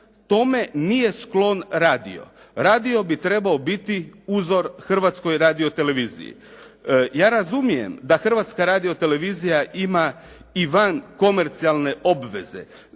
tome nije sklon radio. Radio bih trebao biti uzor Hrvatskoj radio-televiziji. Ja razumijem da Hrvatska radio-televizija ima i vankomercijalne obveze